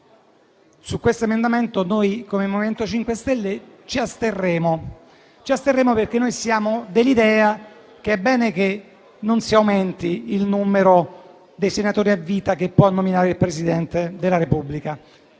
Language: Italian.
Su questo emendamento noi, come MoVimento 5 Stelle, ci asterremo, perché siamo dell'idea che è bene che non si aumenti il numero dei senatori a vita che può nominare il Presidente della Repubblica.